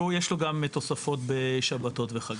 ויש לו גם תוספות בשבתות ובחגים.